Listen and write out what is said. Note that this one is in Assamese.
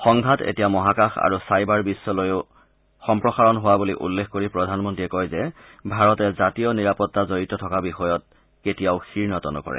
সংঘাত এতিয়া মহাকাশ আৰু ছাইবাৰ বিশ্বলৈও সম্প্ৰসাৰণ হোৱা বুলি উল্লেখ কৰি প্ৰধানমন্ত্ৰীয়ে কয় যে ভাৰতে জাতীয় নিৰাপত্তা জড়িত থকা বিষয়ত কেতিয়াও শিৰ নত নকৰে